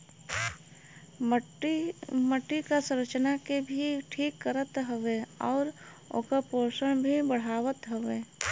मट्टी क संरचना के भी ठीक करत हउवे आउर ओकर पोषण भी बढ़ावत हउवे